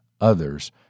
others